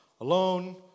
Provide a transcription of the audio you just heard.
alone